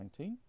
2019